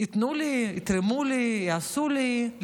ייתנו לי, יתרמו לי, יעשו לי.